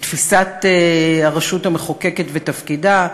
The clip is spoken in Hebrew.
בתפיסת הרשות המחוקקת ותפקידה,